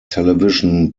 television